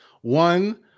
One